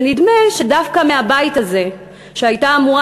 ונדמה שדווקא מהבית הזה הייתה אמורה